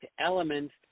elements